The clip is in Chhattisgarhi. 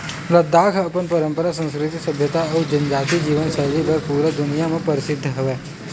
लद्दाख अपन पंरपरा, संस्कृति, सभ्यता अउ जनजाति जीवन सैली बर पूरा दुनिया म परसिद्ध हवय